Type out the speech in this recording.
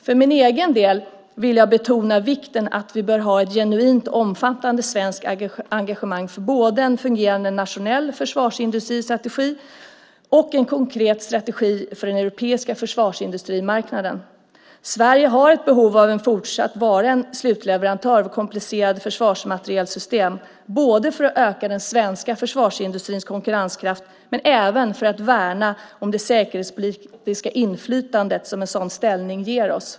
För min egen del vill jag betona vikten av att vi bör ha ett genuint och omfattande svenskt engagemang för både en fungerande nationell försvarsindustristrategi och en konkret strategi för den europeiska försvarsindustrimarknaden. Sverige har ett behov av att fortsatt vara en slutleverantör av komplicerade försvarsmaterielsystem, både för att öka den svenska försvarsindustrins konkurrenskraft och för att värna om det säkerhetspolitiska inflytande som en sådan ställning ger oss.